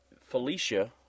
Felicia